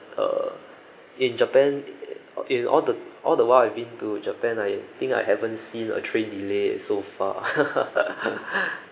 uh in japan in all the all the while I've been to japan I think I haven't seen a train delay so far